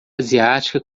asiática